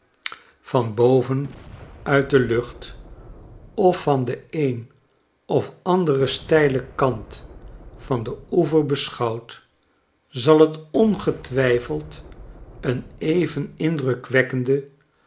van boven uit de lucht of van den een of anderen steilen kant aan den oever beschouwd zal t ongetwyfeld een even indrukwekkend